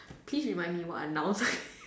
please remind me what are nouns